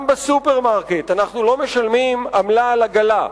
גם בסופרמרקט אנחנו לא משלמים עמלה על עגלה.